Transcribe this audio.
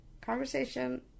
conversation